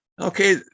okay